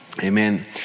Amen